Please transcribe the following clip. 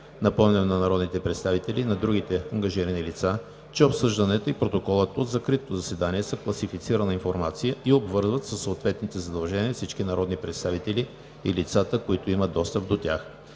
Напомням на народните представители и на другите ангажирани лица, че обсъждането и протоколът от закритото заседание са класифицирана информация и обвързват със съответните задължения всички народни представители и лицата, които имат достъп до тях.